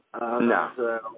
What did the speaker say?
No